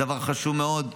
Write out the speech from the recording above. זה דבר חשוב מאוד,